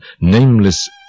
nameless